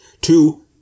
two